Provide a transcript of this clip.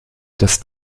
das